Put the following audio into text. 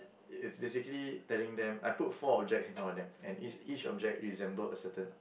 it's basically telling them I put four object in front of them and each object resembled a certain